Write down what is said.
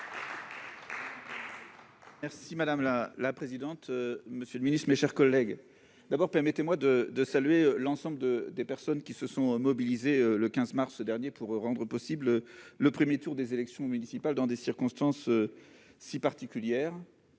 Madame la présidente, monsieur le ministre, mes chers collègues, permettez-moi tout d'abord de saluer l'ensemble des personnes qui se sont mobilisées le 15 mars dernier pour rendre possible le premier tour des élections municipales dans des circonstances si particulières